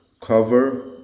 cover